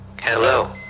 Hello